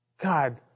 God